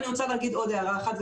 אני רוצה להגיד עוד הערה אחת,